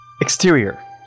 Exterior